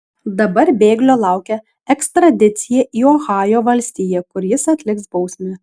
dabar bėglio laukia ekstradicija į ohajo valstiją kur jis atliks bausmę